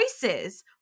choices